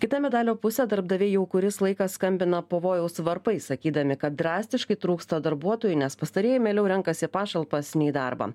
kita medalio pusė darbdaviai jau kuris laikas skambina pavojaus varpais sakydami kad drastiškai trūksta darbuotojų nes pastarieji mieliau renkasi pašalpas nei darbą